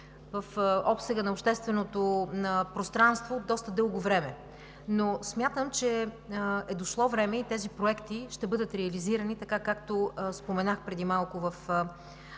в обсега на общественото пространство доста дълго време. Но смятам, че е дошло време и тези проекти ще бъдат реализирани, както споменах преди малко в